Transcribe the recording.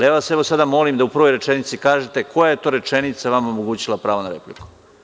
Sada vas molim da u prvoj rečenici kažete koja je to rečenica vama omogućila pravo na repliku.